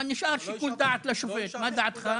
אבל נשאר שיקול דעת לשופט, מה דעתך?